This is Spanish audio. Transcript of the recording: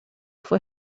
fue